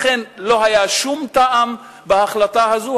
לכן, לא היה שום טעם בהחלטה הזאת.